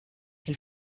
elle